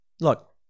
look